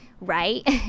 right